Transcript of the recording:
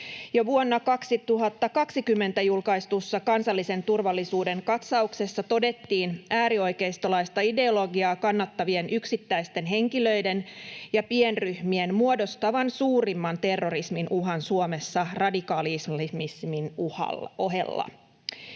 Jo vuonna 2020 julkaistussa kansallisen turvallisuuden katsauksessa todettiin äärioikeis-tolaista ideologiaa kannattavien yksittäisten henkilöiden ja pienryhmien muodostavan suurimman terrorismin uhan Suomessa radikaali-islamismin ohella.